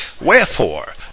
Wherefore